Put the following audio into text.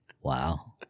Wow